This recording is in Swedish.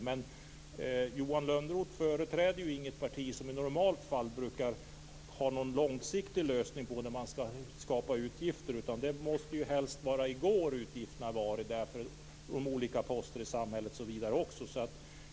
Men Johan Lönnroth företräder inte ett parti som i normala fall har en långsiktig lösning på problemet när man skall skapa utgifter; utgifterna skall helst ha varit i går, med olika poster i samhället osv.